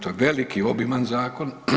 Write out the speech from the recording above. To je veliki, obiman zakon.